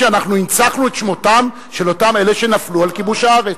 אנחנו הנצחנו את שמותם של אותם אלה שנפלו על כיבוש הארץ.